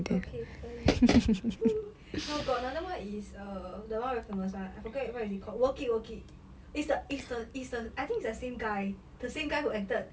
okay 可以 no got another [one] is uh the one very famous [one] I forget what is it called work it work it is the is the is the I think is the same guy the same guy who acted